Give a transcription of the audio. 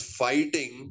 fighting